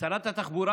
שרת התחבורה